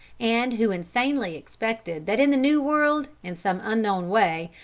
and who insanely expected that in the new world, in some unknown way,